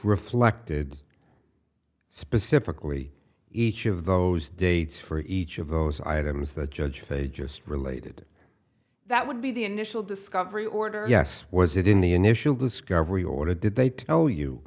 reflected specifically each of those dates for each of those items the judge hey just related that would be the initial discovery order yes was it in the initial discovery order did they tell you